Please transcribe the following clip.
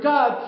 God